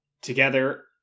together